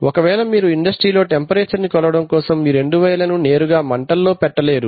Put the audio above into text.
ఒకవేళ మీరు ఇండస్ట్రీలో టెంపరేచర్ ని కొలవటం కోసం మీరు ఈ రెండు వైర్లను నేరుగా మంటలో పెట్టలేరు